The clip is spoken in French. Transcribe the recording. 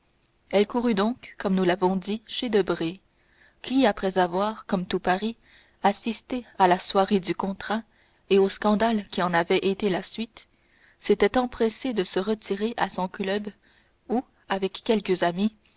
elle courut donc comme nous l'avons dit chez debray qui après avoir comme tout paris assisté à la soirée du contrat et au scandale qui en avait été la suite s'était empressé de se retirer à son club où avec quelques amis